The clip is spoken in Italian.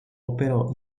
operò